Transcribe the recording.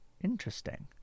Interesting